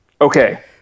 Okay